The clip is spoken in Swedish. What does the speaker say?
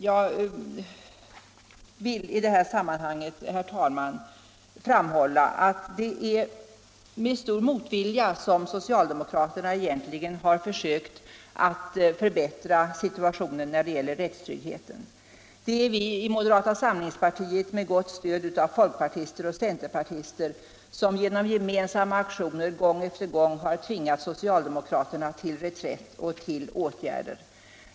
Jag vill i detta sammanhang, herr talman, framhålla att det är med stor motvilja som socialdemokraterna egentligen har försökt förbättra situationen när det gäller rättstryggheten. Det är vi i moderata samlingspartiet som med gott stöd av folkpartister och centerpartister i gemensamma aktioner gång efter gång har tvingat socialdemokraterna till reträtt och till åtgärder.